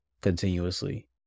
continuously